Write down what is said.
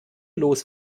los